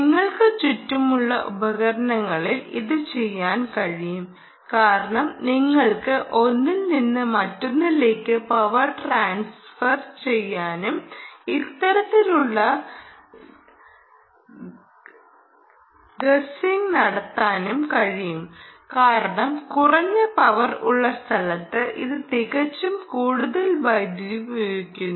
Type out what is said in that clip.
നിങ്ങൾക്ക് ചുറ്റുമുള്ള ഉപകരണങ്ങളിൽ ഇത് ചെയ്യാൻ കഴിയും കാരണം നിങ്ങൾക്ക് ഒന്നിൽ നിന്ന് മറ്റൊന്നിലേക്ക് പവർ ട്രാൻസ്ഫർ ചെയ്യാനും ഇത്തരത്തിലുള്ള പവർ ഗസ്ലിംഗ് നടത്താനും കഴിയും കാരണം കുറഞ്ഞ പവർ ഉള്ള സ്ഥലത്ത് ഇത് തികച്ചും കൂടുതൽ വൈദ്യുതി ഉപയോഗിക്കുന്നു